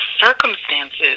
circumstances